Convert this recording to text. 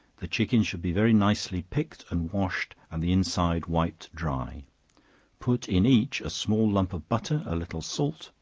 the chickens should be very nicely picked and washed, and the inside wiped dry put in each a small lump of butter, a little salt,